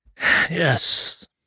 Yes